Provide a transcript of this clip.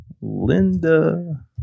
Linda